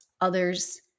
others